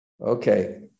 Okay